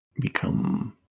become